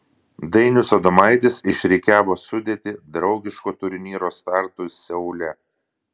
dainius adomaitis išrikiavo sudėtį draugiško turnyro startui seule